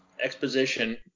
exposition